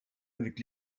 avec